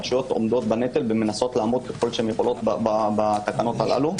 הרשויות עומדות בנטל ומנסות לעמוד ככל שיכולות בתקנות הללו.